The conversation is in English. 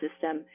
system